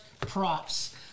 props